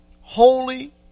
holy